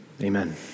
Amen